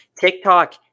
TikTok